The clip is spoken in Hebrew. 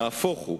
נהפוך הוא.